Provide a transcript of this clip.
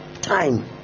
time